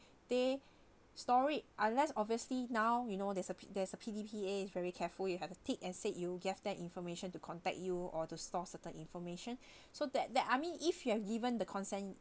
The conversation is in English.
they store it unless obviously now you know there's a there's a P_D_P_A is very careful you have a tick and said you gave that information to contact you or to store certain information so that that I mean if you have given the consent